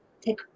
take